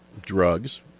drugs